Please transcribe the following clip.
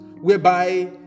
whereby